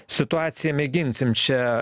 situaciją mėginsim čia